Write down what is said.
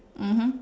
mmhmm